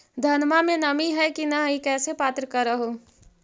धनमा मे नमी है की न ई कैसे पात्र कर हू?